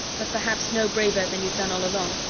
but perhaps no braver than you've done all along.